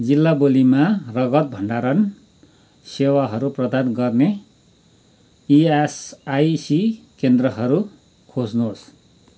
जिल्ला बोलीमा रगत भण्डारण सेवाहरू प्रदान गर्ने इएसआइसी केन्द्रहरू खोज्नुहोस्